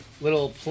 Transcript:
little